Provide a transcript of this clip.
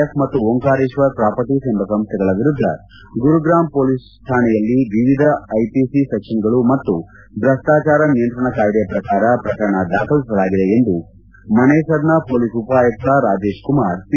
F ಮತ್ತು Omkareshwar properties ಎಂಬ ಸಂಸ್ಲೆಗಳ ವಿರುದ್ದ ಗುರುಗ್ರಮ್ ಪೊಲೀಸ್ ಕಾಣೆಯಲ್ಲಿ ವಿವಿಧ ಐಪಿಸಿ ಸೆಕ್ಷನ್ಗಳು ಮತ್ತು ಭ್ರಷ್ಟಾಚಾರ ನಿಯಂತ್ರಣ ಕಾಯ್ದೆ ಪ್ರಕಾರ ಪ್ರಕರಣ ದಾಖಲಿಸಲಾಗಿದೆ ಎಂದು ಮನೆಸರ್ನ ಪೊಲೀಸ್ ಉಪ ಆಯುಕ್ತ ರಾಜೇಶ್ ಕುಮಾರ್ ಪಿ